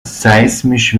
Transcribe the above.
seismisch